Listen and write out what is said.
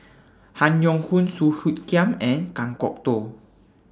Han Yong Hong Song Hoot Kiam and Kan Kwok Toh